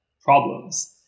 problems